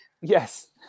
Yes